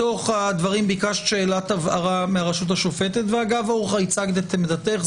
בתוך הדברים ביקשת שאלת הבהרה מהרשות השופטת ואגב אורחא הצגת את עמדתך.